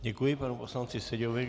Děkuji panu poslanci Seďovi.